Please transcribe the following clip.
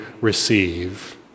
receive